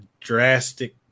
drastic